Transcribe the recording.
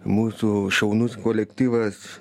mūsų šaunus kolektyvas